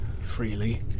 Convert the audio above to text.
Freely